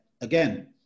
again